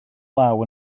law